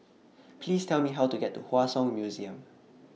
Please Tell Me How to get to Hua Song Museum